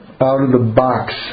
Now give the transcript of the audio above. out-of-the-box